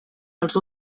els